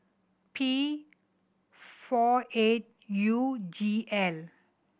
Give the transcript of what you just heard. P four eight U G L